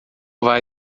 vai